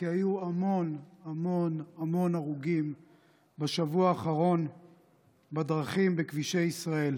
כי היו המון הרוגים בשבוע האחרון בדרכים בכבישי ישראל.